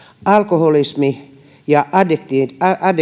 alkoholismi addiktioon